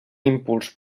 impuls